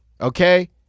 okay